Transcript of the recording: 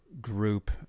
group